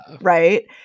Right